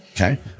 okay